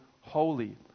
holy